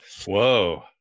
Whoa